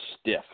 stiff